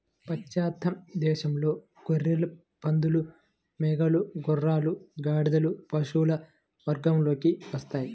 పాశ్చాత్య దేశాలలో గొర్రెలు, పందులు, మేకలు, గుర్రాలు, గాడిదలు పశువుల వర్గంలోకి వస్తాయి